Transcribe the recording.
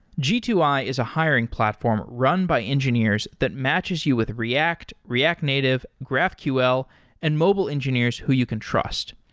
g two i is a hiring platform run by engineers that matches you with react, react native, graphql and mobile engineers who you can trust.